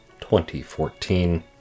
2014